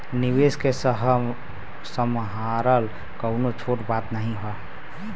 निवेस के सम्हारल कउनो छोट बात नाही हौ